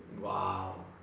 Wow